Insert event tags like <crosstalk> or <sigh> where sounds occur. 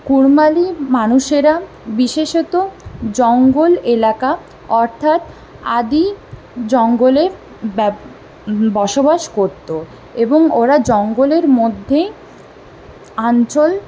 কুড়মালি মানুষেরা বিশেষত জঙ্গল এলাকা অর্থাৎ আদি জঙ্গলে <unintelligible> বসবাস করত এবং ওরা জঙ্গলের মধ্যে অঞ্চল